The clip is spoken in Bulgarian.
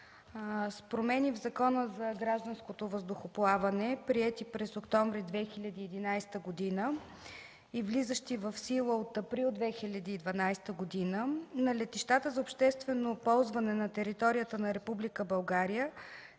С промени в Закона за гражданското въздухоплаване, приети през октомври 2011 г. и влизащи в сила от април 2012 г. на летищата за обществено ползване на територията на